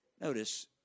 Notice